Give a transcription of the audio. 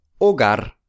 Hogar